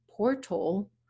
portal